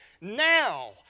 now